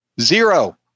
Zero